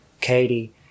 Katie